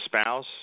spouse